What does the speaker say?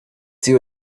two